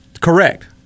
correct